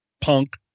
punk